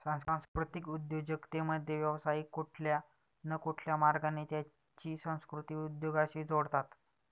सांस्कृतिक उद्योजकतेमध्ये, व्यावसायिक कुठल्या न कुठल्या मार्गाने त्यांची संस्कृती उद्योगाशी जोडतात